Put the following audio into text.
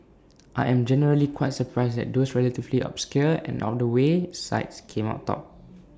I am generally quite surprised that those relatively obscure and out the way sites came out top